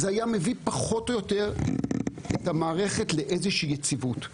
זה היה מביא את המערכת פחות או יותר לאיזושהי יציבות.